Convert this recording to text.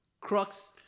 Crux